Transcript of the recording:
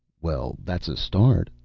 well, that's a start,